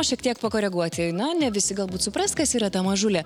šiek tiek pakoreguoti na ne visi galbūt supras kas yra ta mažulė